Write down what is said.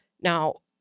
Now